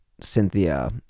Cynthia